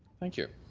thank you.